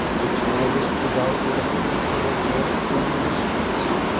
which he always pulled out with a particular jerk when he was vexed.